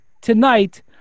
tonight